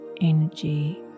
energy